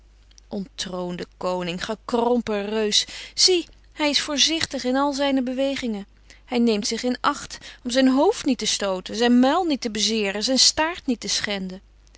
onttroonde koning gekrompen reus zie hij is voorzichtig in al zijne bewegingen hij neemt zich in acht om zijn hoofd niet te stooten zijn muil niet te bezeeren zijn staart niet te schenden